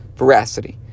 veracity